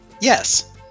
Yes